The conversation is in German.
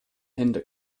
hände